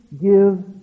give